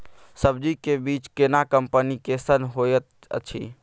सब्जी के बीज केना कंपनी कैसन होयत अछि?